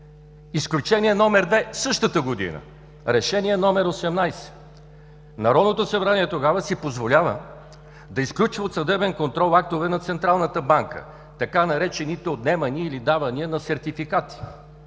Изключение № 2 – същата година, Решение № 18. Народното събрание тогава си позволява да изключи от съдебен контрол актове на Централната банка, така наречените „отнемания“ или давания на сертификати